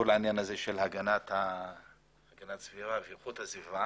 כל העניין הזה של איכות הסביבה.